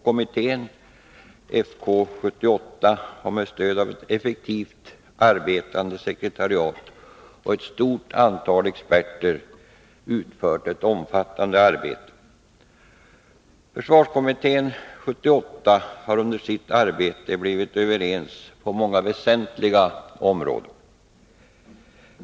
Kommittén, Fk 78, har med stöd av ett effektivt arbetande sekretariat och ett stort antal experter utfört ett omfattande arbete. Fk 78 har under sitt arbete blivit överens på många väsentliga områden.